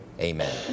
amen